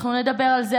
אנחנו נדבר על זה,